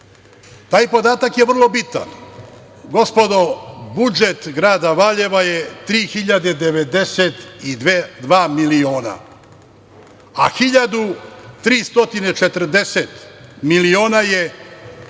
Taj podatak je vrlo bitan. Gospodo, budžet grada Valjeva je 3.092 miliona, a 1.340 miliona je